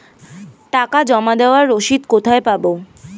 টাকা জমা দেবার রসিদ কোথায় পাব?